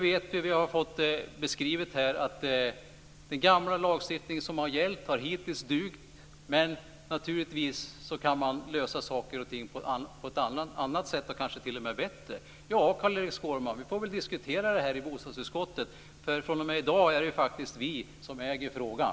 Vi har nu fått beskrivet här att den gamla lagstiftning som har gällt hittills har dugt, men att man naturligtvis kan lösa saker och ting på ett annat sätt, och kanske t.o.m. bättre. Vi får diskutera det här i bostadsutskottet, Carl Erik Skårman, för fr.o.m. i dag är det vi som äger frågan.